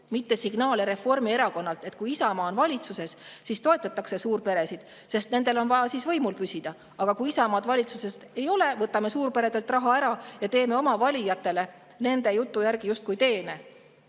mitte signaale Reformierakonnalt, et kui Isamaa on valitsuses, siis toetatakse suurperesid, sest nendel on vaja siis võimul püsida, aga kui Isamaad valitsuses ei ole, võtame suurperedelt raha ära ja teeme oma valijatele nende jutu järgi justkui teene.